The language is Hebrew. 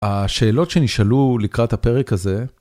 השאלות שנשאלו לקראת הפרק הזה...